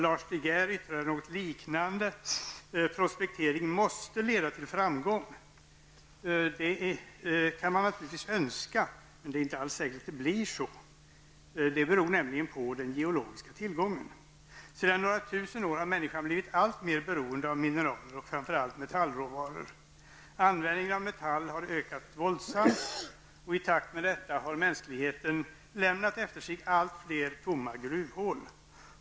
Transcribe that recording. Lars De Geer yttrade något liknande, nämligen att prospektering måste leda till framgång. Det kan man naturligtvis önska, men det är inte alls säkert att det blir så. Det beror nämligen på den geologiska tillgången. Sedan några tusen år tillbaka har människan blivit alltmer beroende av mineraler, framför allt metallråvaror. Användningen av metaller har ökat våldsamt, och i takt med detta har mänskligheten lämnat efter sig allt fler tomma gruvhål.